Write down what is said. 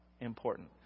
important